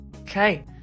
Okay